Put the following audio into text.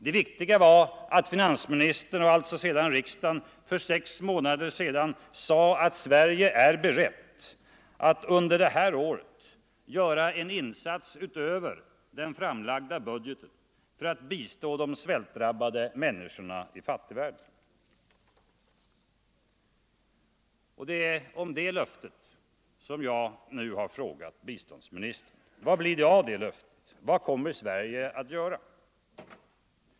Det viktiga var att vi för sex månader sedan sade att Sverige är berett att under det här året göra en insats utöver den framlagda budgeten för att bistå de svältdrabbade människorna i fattigvärlden. Och det är om det löftet som jag nu har frågat biståndsministern. Vad blir det av det löftet? Vad kommer Sverige att göra?